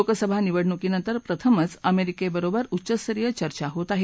लोकसभा निवडणुकीनंतर पहिल्यांदाच अमेरिकेबरोबर उच्चस्तरीय चर्चा होत आहे